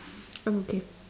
I'm okay